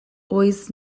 oiz